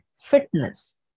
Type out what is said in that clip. fitness